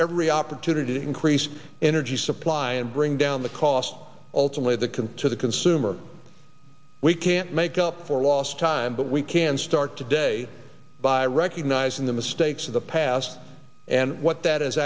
every opportunity to increase energy supply and bring down the cost ultimately the can to the consumer we can't make up for lost time but we can start today by recognizing the mistakes of the past and what that